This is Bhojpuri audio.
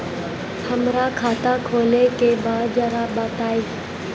हमरा खाता खोले के बा जरा बताई